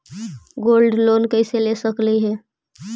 Gold loan कैसे ले सकली हे?